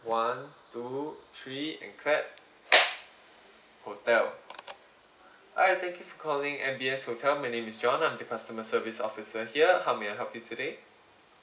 one two three and clap hotel hi thank you for calling M_B_S hotel my name is john I'm the customer service officer here how may I help you today